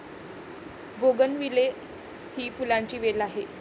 bougainvillea ही फुलांची वेल आहे